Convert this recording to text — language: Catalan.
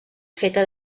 feta